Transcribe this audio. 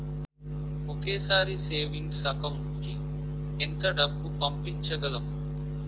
ఒకేసారి savings account కి ఎంత డబ్బు పంపించగలము?